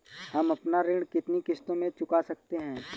हम अपना ऋण कितनी किश्तों में चुका सकते हैं?